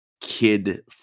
kid